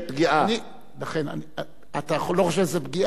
אתה לא חושב שזה פגיעה, אבל היא יכולה להתפרש.